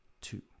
two